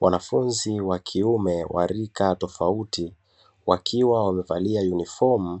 Wanafunzi wa kiume wa rika tofauti wakiwa wamevalia sare,